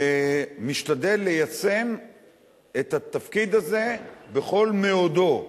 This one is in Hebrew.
ומשתדל ליישם את התפקיד הזה בכל מאודו,